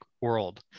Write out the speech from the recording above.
world